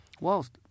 whilst